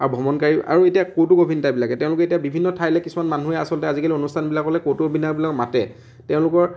আৰু ভ্ৰমণকাৰী আৰু এতিয়া কৌতুক অভিনেতাবিলাকে তেওঁলোকে এতিয়া বিভিন্ন ঠাইলে মানুহে কিছুমান আচলতে আজিকালি অনুষ্ঠানবিলাকলে কৌতুক অভিনেতাবিলাকক মাতে তেওঁলোকৰ